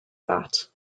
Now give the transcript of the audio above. that